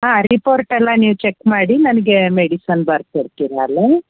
ಹಾಂ ರಿಪೋರ್ಟೆಲ್ಲ ನೀವು ಚೆಕ್ ಮಾಡಿ ನನಗೆ ಮೆಡಿಸನ್ ಬರ್ಕೊಡ್ತೀರಾ ಅಲ್ವಾ